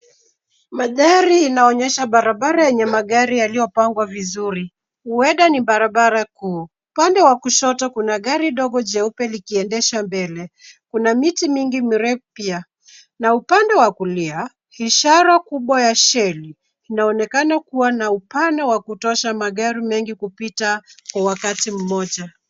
Mandhari inaonyesha barabara yenye magari yaliyopangwa vizuri, huenda ni barabara kuu. Upande wa kushoto kuna gari dogo jeupe likiendeshwa mbele. Kuna miti mingi mirefu pia na upande wa kulia, ishara kubwa ya Shelli inaonekana kuwa na upana wa kutosha magari mengi kupita kwa wakati mmoja.